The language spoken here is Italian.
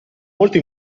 molto